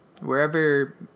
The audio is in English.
wherever